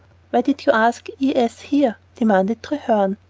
why did you ask e s. here? demanded treherne.